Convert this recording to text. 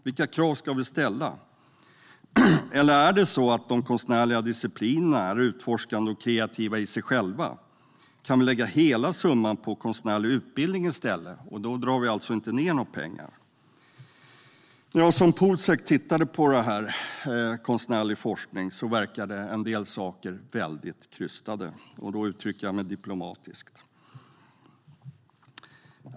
Vilka krav ska vi ställa? Eller är det så att de konstnärliga disciplinerna är utforskande och kreativa i sig själva? Kan vi lägga hela summan på konstnärlig utbildning i stället? Då drar vi alltså inte ned på några pengar. När jag som politisk sekreterare tittade på konstnärlig forskning verkade en del saker mycket krystade, och då uttrycker jag mig diplomatiskt.